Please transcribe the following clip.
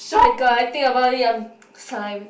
oh-my-god I think about it I'm salivating